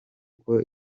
uko